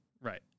right